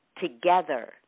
together